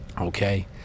Okay